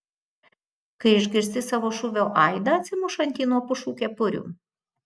kai išgirsti savo šūvio aidą atsimušantį nuo pušų kepurių